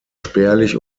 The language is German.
spärlich